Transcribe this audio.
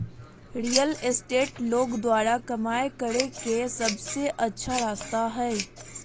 real estate लोग द्वारा कमाय करे के सबसे अच्छा रास्ता हइ